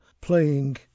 playing